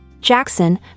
Jackson